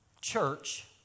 church